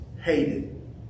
hated